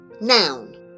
Noun